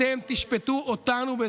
אתם הדבר היחידי שמעניין אותנו.